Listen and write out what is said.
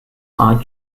are